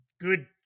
good